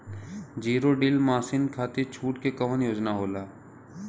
Zero till machine खाती छूट के कवन योजना होला?